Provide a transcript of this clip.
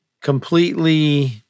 completely